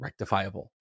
rectifiable